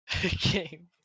Game